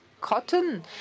cotton